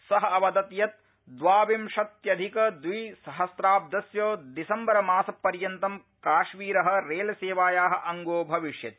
स अवदत् यत् द्वाविंशत्यधिक द्विसहस्राब्दस्य दिसम्बरमास पर्यन्तं काश्मीर रेलसेवाया अंगं भविष्यति